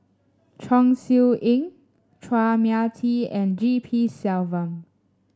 Chong Siew Ying Chua Mia Tee and G P Selvam